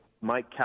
Mike